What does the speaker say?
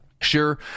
Sure